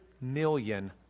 million